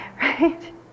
Right